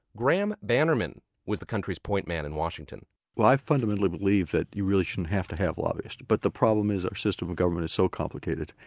graeme bannerman was the country's point man in washington well, i fundamentally believe that you really shouldn't have to have lobbyists, but the problem is our system of government is so complicated,